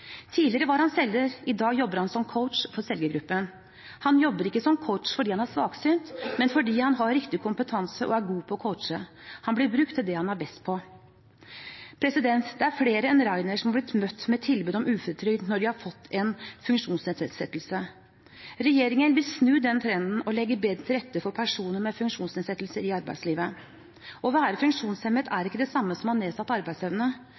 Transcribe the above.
Tidligere var han selger, i dag jobber han som coach for selgergruppen. Han jobber ikke som coach fordi han er svaksynt, men fordi han har riktig kompetanse og er god til å coache. Han blir brukt til det han er best til. Det er flere enn Rainer som har blitt møtt med tilbud om uføretrygd når de har fått en funksjonsnedsettelse. Regjeringen vil snu den trenden og legge bedre til rette for personer med funksjonsnedsettelser i arbeidslivet. Å være funksjonshemmet er ikke det samme som å ha nedsatt arbeidsevne.